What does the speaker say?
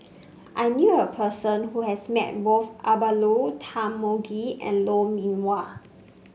I knew a person who has met both Abdullah Tarmugi and Lou Mee Wah